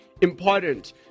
important